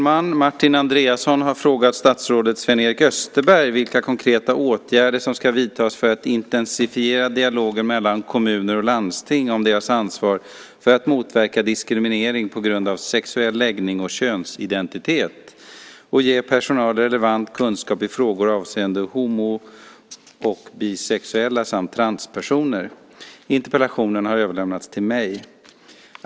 Martin Andreasson har frågat statsrådet Sven-Erik Österberg vilka konkreta åtgärder som ska vidtas för att intensifiera dialogen med kommuner och landsting om deras ansvar för att motverka diskriminering på grund av sexuell läggning och könsidentitet och ge personal relevant kunskap i frågor avseende homo och bisexuella samt transpersoner. Interpellationen har överlämnats till mig.